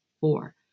four